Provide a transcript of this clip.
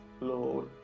Lord